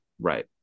right